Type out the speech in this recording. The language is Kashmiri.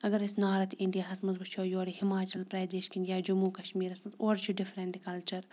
اگر أسۍ نارٕتھ اِنڈیاہَس منٛز وچھو یورٕ ہماچَل پرٛدیش کِنۍ یا جموں کشمیٖرَس منٛز اورٕ چھِ ڈِفرںٛٹ کَلچَر